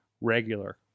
regular